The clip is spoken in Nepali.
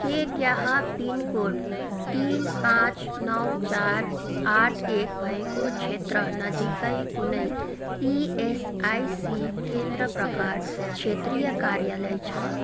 के त्यहाँ पिनकोड तिन पाँच नौ चार आठ एक भएको क्षेत्रनजिकै कुनै इएसआइसी केन्द्र प्रकार क्षेत्रीय कार्यालय छ